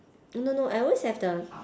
no no no I always have the